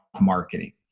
marketing